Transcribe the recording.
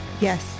Yes